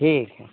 ठीक अइ